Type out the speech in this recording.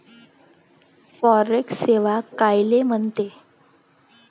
Forex सेवा कायले म्हनते?